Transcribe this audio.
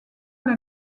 elle